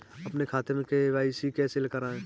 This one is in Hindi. अपने खाते में के.वाई.सी कैसे कराएँ?